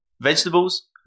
vegetables